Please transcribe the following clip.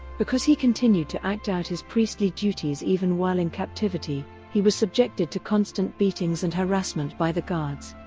because he continued to act out his priestly duties even while in captivity, he was subjected to constant beatings and harassment by the guards.